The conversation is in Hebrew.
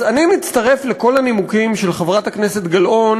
אני מצטרף לכל הנימוקים של חברת הכנסת גלאון